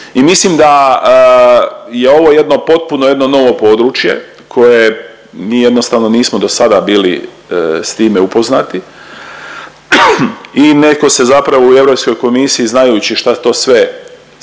i mislim da je ovo jedno, potpuno jedno novo područje koje, mi jednostavno nismo dosada bili s time upoznati i neko se zapravo u Europskoj komisiji znajući šta to sve je